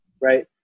Right